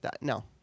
no